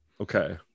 okay